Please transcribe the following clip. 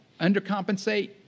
undercompensate